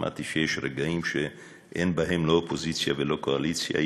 אמרתי שיש רגעים שאין בהם לא אופוזיציה ולא קואליציה,